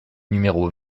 numéro